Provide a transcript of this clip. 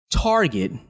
target